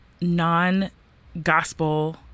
non-gospel